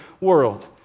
world